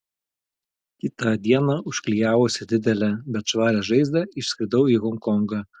kitą dieną užklijavusi didelę bet švarią žaizdą išskridau į honkongą